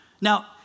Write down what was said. Now